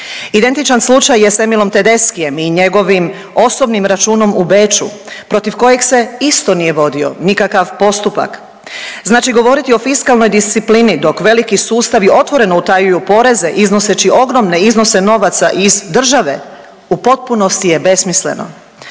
Identičan slučaj je sa Emilom Tedeschiem i njegovim osobnim računom u Beču protiv kojeg se isto nije vodio nikakav postupak. Znači govoriti o fiskalnoj disciplini dok veliki sustavi otvoreno utajuju poreze iznoseći ogromne iznose novaca iz države u potpunosti je besmisleno,